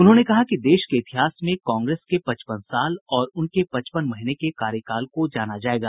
उन्होंने कहा कि देश के इतिहास में कांग्रेस के पचपन साल और उनके पचपन महीने के कार्यकाल को जाना जायेगा